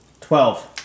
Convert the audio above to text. Twelve